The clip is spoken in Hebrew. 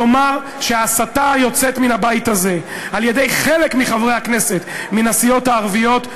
תאמר שההסתה היוצאת מהבית הזה על-ידי חלק מחברי הכנסת מהסיעות הערביות,